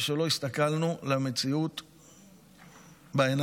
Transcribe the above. היא שלא הסתכלנו למציאות בעיניים.